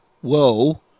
Whoa